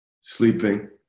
sleeping